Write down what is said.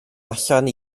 allan